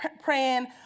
praying